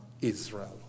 Israel